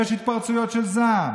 יש התפרצויות של זעם.